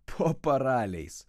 po paraliais